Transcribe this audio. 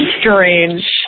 strange